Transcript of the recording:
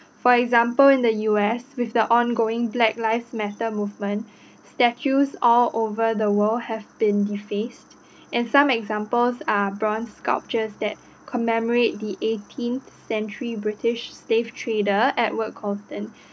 for example in the U_S with the ongoing black lives matter movement statues all over the world have been defaced and some examples are bronze sculptures that commemorate the eighteen century British slave trader Edward Colston